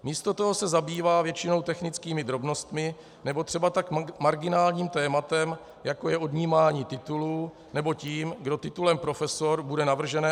Místo toho se zabývá většinou technickými drobnostmi nebo třeba tak marginálním tématem, jako je odnímání titulů, nebo tím, kdo titulem profesor bude navržené akademiky dekorovat.